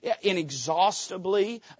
inexhaustibly